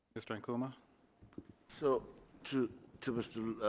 mr. ankuma so to to mr.